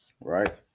right